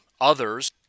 others